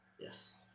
Yes